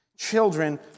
Children